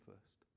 first